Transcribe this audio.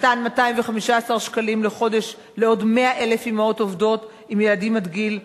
ומתן 215 שקלים לחודש לעוד 100,000 אמהות עובדות עם ילדים עד גיל חמש.